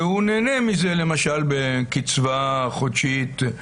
והוא נהנה מזה למשל בקצבה חודשית,